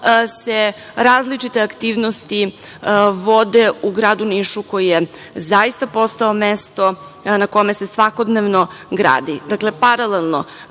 se različite aktivnosti vode u gradu Nišu, koji je zaista postao mesto na kome se svakodnevno gradi. Dakle, paralelno